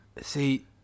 See